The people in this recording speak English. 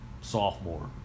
sophomore